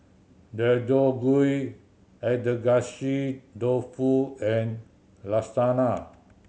Deodeok Gui Agedashi Dofu and Lasagna